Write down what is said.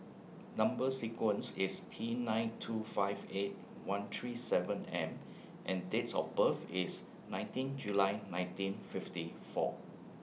Number sequence IS T nine two five eight one three seven M and Dates of birth IS nineteen July nineteen fifty four